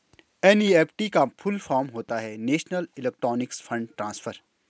NEFT का full form होता है नेशनल इलेक्ट्रॉनिक्स फण्ड ट्रांसफर